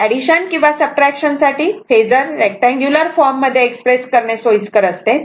तर एडिशन किंवा सबट्रॅक्शन साठी फेजर रेक्टअँगुलर फॉर्म मध्ये एक्सप्रेस करणे सोईस्कर असते